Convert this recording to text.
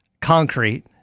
concrete